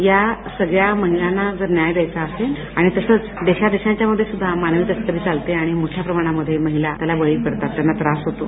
या सगळ्या महिलांना जर न्याय द्यायचा असेल आणि देशादेशामध्ये जी मानवी तस्करी चालते आणि मोठ्या प्रमाणामध्ये महिला त्यामध्ये बळी पडतात त्यांना त्रास होतो